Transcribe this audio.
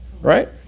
right